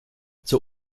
zur